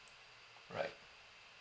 alright